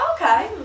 okay